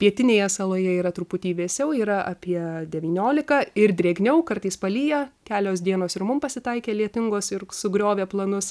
pietinėje saloje yra truputį vėsiau yra apie devyniolika ir drėgniau kartais palyja kelios dienos ir mum pasitaikė lietingos ir sugriovė planus